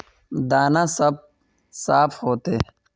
दाना सब साफ होते?